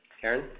Karen